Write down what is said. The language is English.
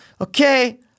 Okay